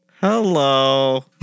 Hello